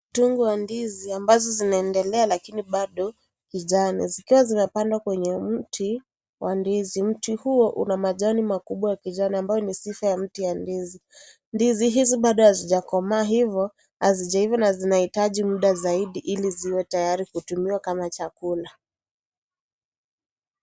Mtungu wa ndizi ambazo zinaendelea lakini bado kijani zikiwa zinapandwa kwenye mti wa ndizi. Mti huo una majani makubwa ya kijani ambayo yenye sifa ya mti ya ndizi. Ndizi hizi bado hazijakomaa hivo hazijaiva na zinahitaji muda zaidi ili ziwe tayari kutumiwa kama chakula.